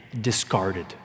discarded